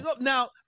Now